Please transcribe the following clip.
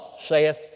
saith